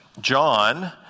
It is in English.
John